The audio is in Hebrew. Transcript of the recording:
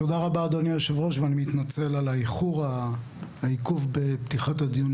תודה רבה אדוני היו"ר ואני מתנצל על העיכוב בפתיחת הדיון,